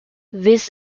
this